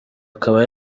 akaba